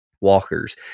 Walkers